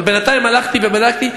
אבל בינתיים הלכתי ובדקתי,